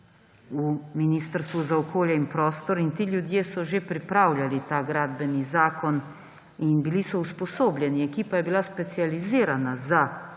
v Ministrstvu za okolje in prostor. Ti ljudje so že pripravljali ta gradbeni zakon in bili so usposobljeni, ekipa je bila specializirana za